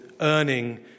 earning